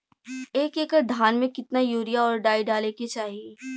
एक एकड़ धान में कितना यूरिया और डाई डाले के चाही?